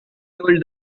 told